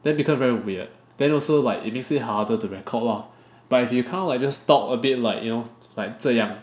then became very weird then also like it makes it harder to record lah but if you count like just talk a bit like you know like 这样